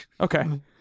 Okay